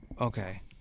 Okay